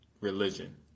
religion